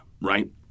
right